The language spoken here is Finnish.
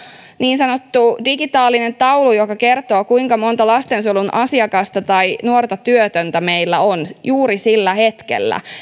niin sanottu digitaalinen taulu joka kertoo kuinka monta lastensuojelun asiakasta tai nuorta työtöntä meillä on juuri sillä hetkellä